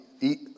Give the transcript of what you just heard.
eat